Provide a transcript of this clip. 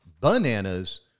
bananas